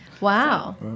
wow